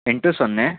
ಎಂಟು ಸೊನ್ನೆ